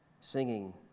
singing